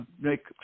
make